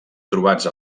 trobats